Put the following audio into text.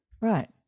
Right